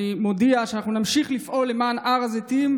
אני מודיע שאנחנו נמשיך לפעול למען הר הזיתים,